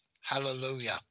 Hallelujah